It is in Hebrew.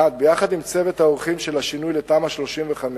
1. ביחד עם צוות העורכים של השינוי לתמ"א 35,